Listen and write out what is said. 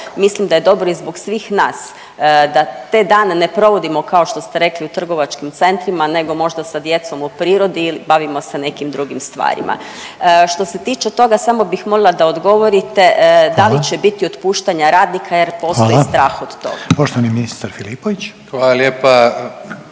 mislim da je dobro i zbog svih nas da ste dane ne provodimo kao što ste rekli u trgovačkim centrima nego možda sa djecom u prirodi ili bavimo se nekim drugim stvarima. Što se tiče toga samo bih molila da odgovorite da li će …/Upadica: Hvala./… biti otpuštanja radnika jer postoji …/Upadica: Hvala./… strah od toga. **Reiner,